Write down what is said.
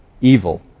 evil